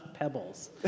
pebbles